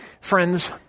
Friends